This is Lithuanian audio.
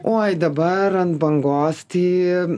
oi dabar ant bangos tai